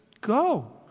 go